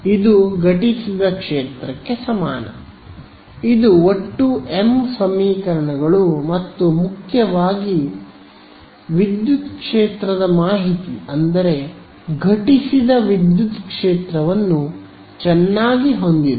ಇದು ಘಟಿಸಿದ ಕ್ಷೇತ್ರಕ್ಕೆ ಸಮಾನ ಇದು ಒಟ್ಟು m ಸಮೀಕರಣಗಳು ಮತ್ತು ಮುಖ್ಯವಾಗಿ ವಿದ್ಯುತ್ ಕ್ಷೇತ್ರದ ಮಾಹಿತಿ ಅಂದರೆ ಘಟಿಸಿದ ವಿದ್ಯುತ್ ಕ್ಷೇತ್ರವನ್ನು ಚೆನ್ನಾಗಿ ಹೊಂದಿದೆ